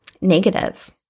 negative